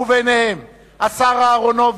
וביניהם השר אהרונוביץ,